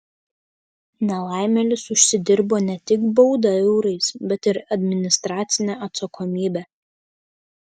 nelaimėlis užsidirbo ne tik baudą eurais bet ir administracinę atsakomybę